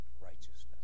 righteousness